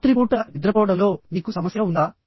రాత్రిపూట నిద్రపోవడంలో మీకు సమస్య ఉందా